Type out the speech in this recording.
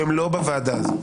שהם לא בוועדה הזאת,